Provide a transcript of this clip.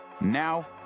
Now